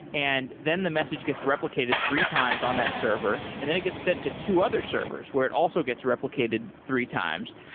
and then the message gets replicated three times on that server and then it gets sent to two other servers where it also gets replicated three times.